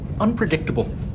unpredictable